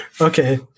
Okay